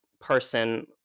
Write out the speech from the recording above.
person